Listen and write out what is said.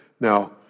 now